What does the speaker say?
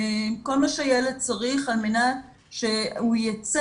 כל מה שילד צריך על מנת שהוא ייצא